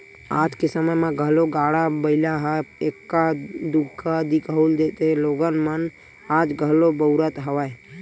आज के समे म घलो गाड़ा बइला ह एक्का दूक्का दिखउल देथे लोगन मन आज घलो बउरत हवय